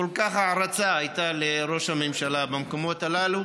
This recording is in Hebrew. כזאת הערצה הייתה לראש הממשלה במקומות הללו,